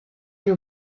you